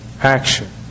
action